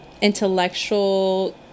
intellectual